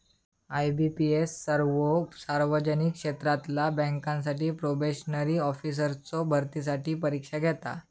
IBPS सर्वो सार्वजनिक क्षेत्रातला बँकांसाठी प्रोबेशनरी ऑफिसर्सचो भरतीसाठी परीक्षा घेता